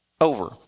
Over